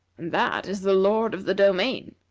and that is the lord of the domain.